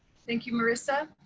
thank you, marissa.